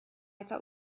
thought